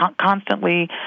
constantly